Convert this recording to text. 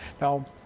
Now